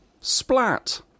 Splat